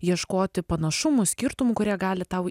ieškoti panašumų skirtumų kurie gali tau